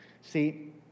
See